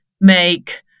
make